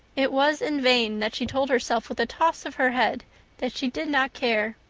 it was in vain that she told herself with a toss of her head that she did not care.